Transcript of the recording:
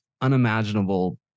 unimaginable